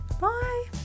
Bye